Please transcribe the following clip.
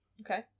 Okay